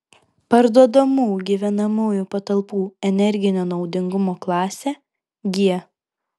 parduodamų gyvenamųjų patalpų energinio naudingumo klasė g